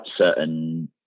certain